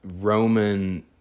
Roman